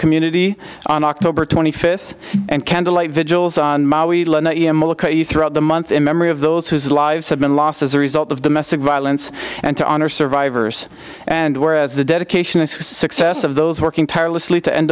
community on october twenty fifth and candlelight vigils on maui throughout the month in memory of those whose lives have been lost as a result of domestic violence and to honor survivors and whereas the dedication of success of those working tirelessly to end